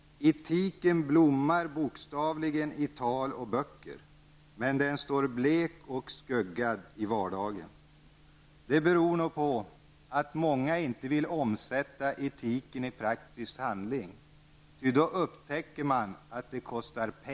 Etiken blommar bokstavligen i tal och böcker, men den står blek och skuggad i vardagen. Det beror nog på att många inte vill omsätta etiken i praktisk handling, ty då upptäcker de att det kostar.